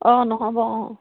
অঁ নহ'ব অঁ